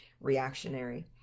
reactionary